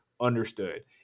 Understood